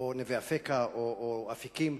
נאות-אפקה או אפיקים.